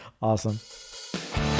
awesome